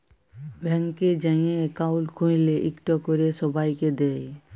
ব্যাংকে যাঁয়ে একাউল্ট খ্যুইলে ইকট ক্যরে ছবাইকে দেয়